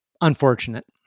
unfortunate